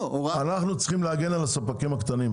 אנחנו צריכים להגן על הפסקים הקטנים,